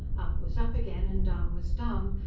up was up again, and down was down,